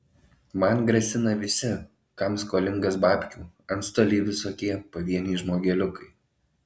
man grasina visi kam skolingas babkių antstoliai visokie pavieniai žmogeliukai